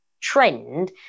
trend